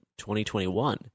2021